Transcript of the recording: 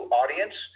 audience